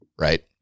right